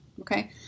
Okay